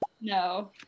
No